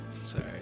Sorry